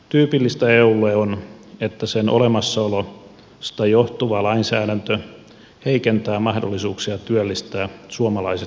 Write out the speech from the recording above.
tyypillistä eulle on että sen olemassaolosta johtuva lainsäädäntö heikentää mahdollisuuksia työllistää suomalaiset työttömät